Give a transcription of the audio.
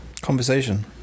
Conversation